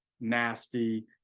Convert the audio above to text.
nasty